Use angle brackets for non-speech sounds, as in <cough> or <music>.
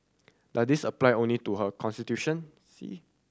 does this apply only to her <unintelligible>